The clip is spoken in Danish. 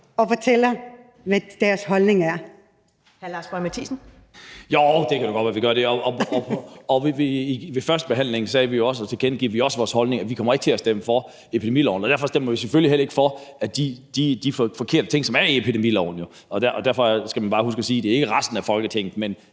Boje Mathiesen. Kl. 10:05 Lars Boje Mathiesen (NB): Jo, det kan da godt være, at vi gør det. Og ved førstebehandlingen tilkendegav vi også vores holdning og sagde, at vi ikke kom til at stemme for epidemiloven. Derfor stemmer vi selvfølgelig heller ikke for de forkerte ting, som er i epidemiloven, og derfor skal man bare huske at sige, at det ikke er resten af Folketinget,